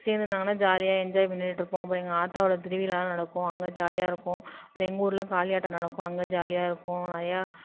சேர்ந்துருந்தாங்கன்னா ஜாலியாக என்ஜாய் பண்ணிகிட்ருப்போம் அப்புறம் எங்கள் ஆத்தா ஊரில் திருவிழாலாம் நடக்கும் அங்கே ஜாலியாக இருக்கும் அப்புறம் எங்கூரில் காளியாட்டம் நடக்கும் அங்கே ஜாலியாக இருக்கும் நிறையா